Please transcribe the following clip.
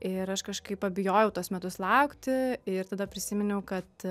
ir aš kažkaip pabijojau tuos metus laukti ir tada prisiminiau kad